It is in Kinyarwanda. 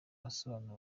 asobanura